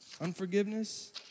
unforgiveness